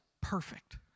perfect